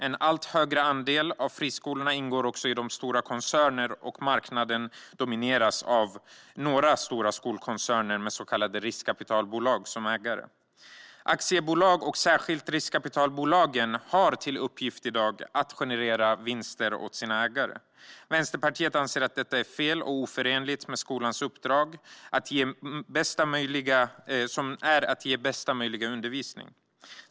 En allt högre andel av friskolorna ingår också i stora koncerner, och marknaden domineras av några stora skolkoncerner med så kallade riskkapitalbolag som ägare. Aktiebolag, och särskilt riskkapitalbolagen, har i dag till uppgift att generera vinster åt sina ägare. Vänsterpartiet anser att detta är fel och oförenligt med skolans uppdrag, som är att ge bästa möjliga undervisning.